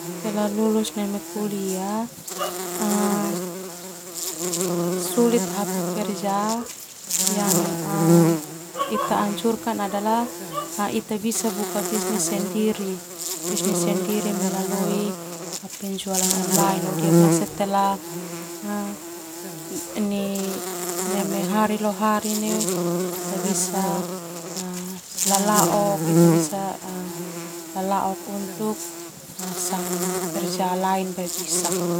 Lulus neme kuliah sulit hapus kerja ita bisa buka bisnis sendiri melalui penjualan online setelah neme hari ho hari ita bisa lalaok untuk sanga kerja lain boe bisa.